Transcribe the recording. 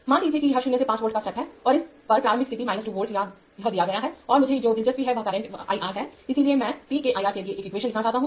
मान लीजिए कि यह 0 से 5 वोल्ट का स्टेप है और इस पर प्रारंभिक स्थिति है 2 वोल्ट यह दिया गया है और मुझे जो दिलचस्पी है वह करंट I R है इसलिए मैं t के I R के लिए एक ईक्वेशन लिखना चाहता हूं